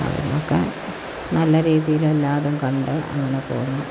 അങ്ങനെയൊക്കെ നല്ല രീയില് എല്ലായിടവും കണ്ട് അങ്ങനെ പോന്നു